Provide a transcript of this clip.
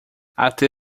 até